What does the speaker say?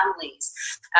families